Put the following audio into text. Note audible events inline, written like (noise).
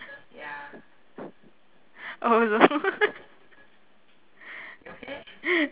oh also (laughs)